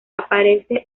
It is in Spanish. aparece